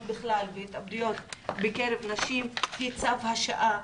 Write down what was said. בכלל והתאבדויות בקרב נשים היא צו השעה,